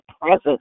present